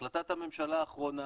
החלטת הממשלה האחרונה